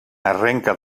arrenca